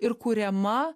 ir kuriama